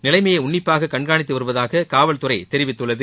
நிலைமையை உன்னிப்பாக கண்காணித்து வருவதாக காவல்துறை தெரிவித்துள்ளது